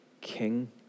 king